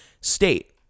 state